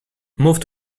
move